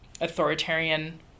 authoritarian